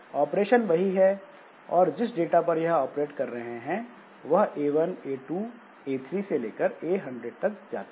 operation वही है और जिस डाटा पर वह ऑपरेट कर रहे हैं वह a1 a2 a3 से लेकर a100 तक है